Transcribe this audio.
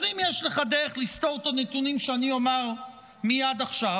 אז אם יש לך דרך לסתור את הנתונים שאני אומר מייד עכשיו,